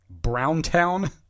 Browntown